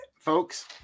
Folks